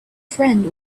friend